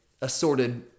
assorted